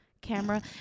camera